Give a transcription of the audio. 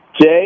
Jay